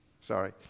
Sorry